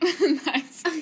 Nice